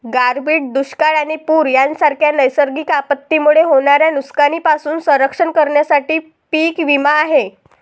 गारपीट, दुष्काळ आणि पूर यांसारख्या नैसर्गिक आपत्तींमुळे होणाऱ्या नुकसानीपासून संरक्षण करण्यासाठी पीक विमा आहे